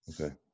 Okay